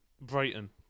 Brighton